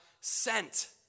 sent